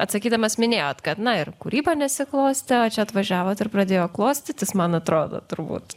atsakydamas minėjot kad na ir kūryba nesiklostė o čia atvažiavot ir pradėjo klostytis man atrodo turbūt